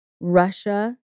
Russia